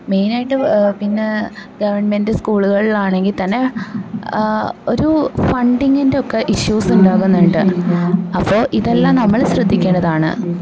മെയിനായിട്ട് പിന്നേ ഗെവണ്മെൻട് സ്കൂള്കളിൽ ആണെങ്കിൽ തന്നെ ഒരു ഫണ്ടിങ്ങിൻ്റെ ഒക്കെ ഇഷ്യൂസ്സുണ്ടാവുന്നുണ്ട് അപ്പോൾ ഇതെല്ലാം നമ്മള് ശ്രദ്ധിക്കേണ്ടതാണ്